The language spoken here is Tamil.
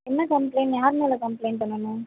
என்ன கம்ப்ளைண்ட் யார் மேலே கம்ப்ளைண்ட் பண்ணனும்